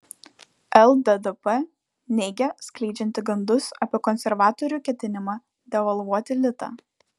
lddp neigia skleidžianti gandus apie konservatorių ketinimą devalvuoti litą